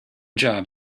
job